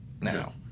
now